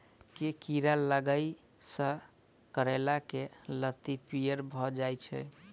केँ कीड़ा लागै सऽ करैला केँ लत्ती पीयर भऽ जाय छै?